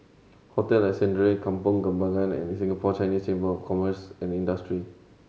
Hotel Ascendere Kampong Kembangan and Singapore Chinese Chamber of Commerce and Industry